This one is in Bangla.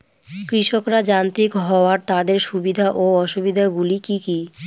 কৃষকরা যান্ত্রিক হওয়ার তাদের সুবিধা ও অসুবিধা গুলি কি কি?